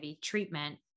treatment